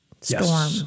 storm